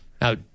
Now